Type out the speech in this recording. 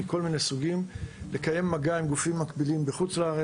לקיים מגע עם גופים מקבילים בחו"ל,